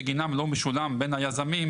בגינן לא משולם בין היזמים,